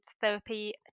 therapy